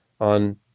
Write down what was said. on